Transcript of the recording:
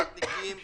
הבטיחו את זה,